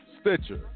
Stitcher